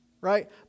right